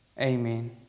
Amen